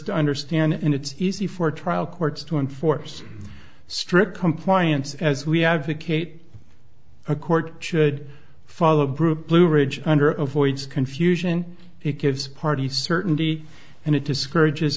to understand and it's easy for trial courts to enforce strict compliance as we advocate a court should follow brew blue ridge under of voids confusion it gives party certainty and it discourages